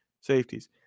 safeties